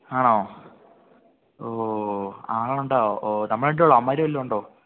ആണോ ഓ ആളുണ്ടാകുമോ ഓ നമ്മൾ രണ്ടുപേരെ ഉള്ളോ അവന്മാർ വല്ലതും ഉണ്ടോ